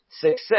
success